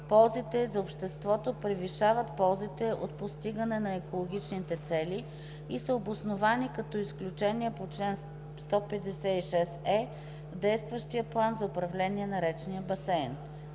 ползите за обществото превишават ползите от постигане на екологичните цели и са обосновани като изключение по чл. 156е в действащия план за управление на речния басейн”.